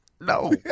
No